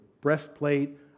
breastplate